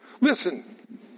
Listen